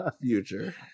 future